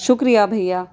شکریہ بھیا